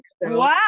Wow